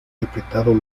interpretado